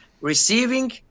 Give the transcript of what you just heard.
receiving